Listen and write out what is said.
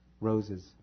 roses